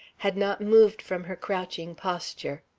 had not moved from her crouching posture.